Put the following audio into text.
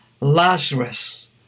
Lazarus